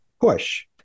push